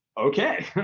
okay!